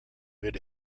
mid